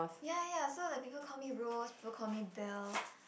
ya ya so the people call me Rose people call me Belle